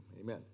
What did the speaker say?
Amen